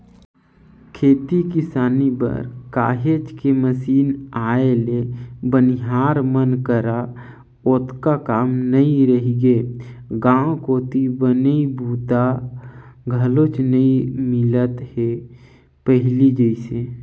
खेती किसानी बर काहेच के मसीन आए ले बनिहार मन करा ओतका काम नइ रहिगे गांव कोती बने बूता घलोक नइ मिलत हे पहिली जइसे